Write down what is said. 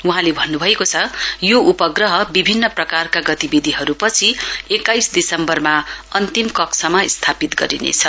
वहाँले भन्नुभएको छ यो उपग्रह विभिन्न प्रकारका गतिविधिहरूपछि एक्काइस दिसम्वरमा अन्तिम कक्षामा स्थापित गरिनेछ